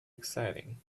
exciting